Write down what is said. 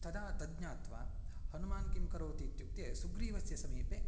तदा तज्ज्ञात्वा हनुमान् किं करोति इत्युक्ते सुग्रीवस्य समीपे